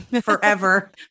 Forever